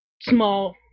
small